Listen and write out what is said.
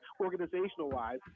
organizational-wise